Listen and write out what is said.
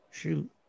Shoot